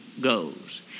goes